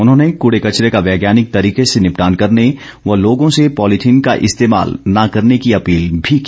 उन्होंने कुड़े कचरे का वैज्ञानिक तरीके से निपटान करने व लोगों से पॉलीथीन का इस्तेमाल न करने की अपील भी की